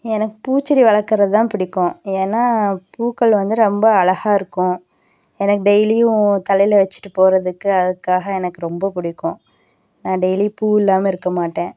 எனக்கு பூச்செடி வளர்க்கறது தான் பிடிக்கும் ஏன்னா பூக்கள் வந்து ரொம்ப அழகா இருக்கும் எனக்கு டெய்லியும் தலையில் வச்சிட்டு போகிறதுக்கு அதுக்காக எனக்கு ரொம்ப பிடிக்கும் நான் டெய்லி பூ இல்லாமல் இருக்க மாட்டேன்